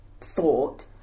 thought